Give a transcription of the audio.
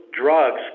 drugs